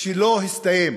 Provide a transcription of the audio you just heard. שלא הסתיים.